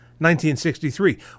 1963